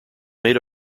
made